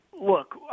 look